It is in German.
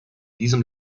diesem